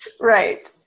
Right